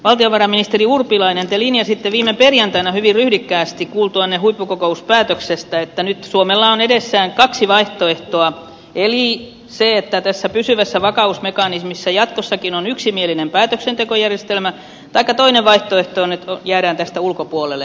valtiovarainministeri urpilainen te linjasitte viime perjantaina hyvin ryhdikkäästi kuultuanne huippukokouspäätöksestä että nyt suomella on edessään kaksi vaihtoehtoa eli se että tässä pysyvässä vakausmekanismissa jatkossakin on yksimielinen päätöksentekojärjestelmä taikka että jäädään tästä ulkopuolelle